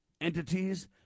entities